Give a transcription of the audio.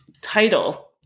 title